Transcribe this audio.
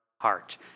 heart